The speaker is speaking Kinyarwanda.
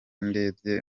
ndebye